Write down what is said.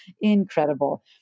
incredible